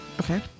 Okay